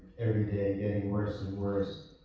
every day getting worse and worse,